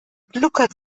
gluckert